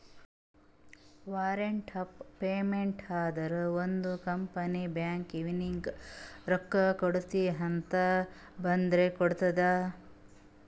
warrant of payment ಅಂದುರ್ ಒಂದ್ company ಬ್ಯಾಂಕ್ಗ್ ಇವ್ನಿಗ ರೊಕ್ಕಾಕೊಡ್ರಿಅಂತ್ ಬರ್ದಿ ಕೊಡ್ತದ್